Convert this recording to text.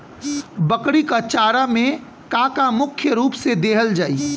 बकरी क चारा में का का मुख्य रूप से देहल जाई?